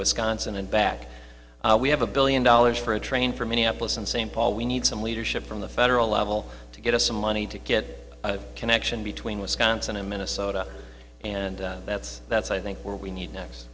wisconsin and back we have a billion dollars for a train from minneapolis and st paul we need some leadership from the federal level to get us some money to get a connection between wisconsin and minnesota and that's that's i think where we need next